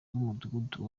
w’umudugudu